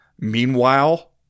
meanwhile